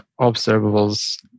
observables